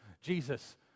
Jesus